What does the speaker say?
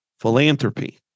Philanthropy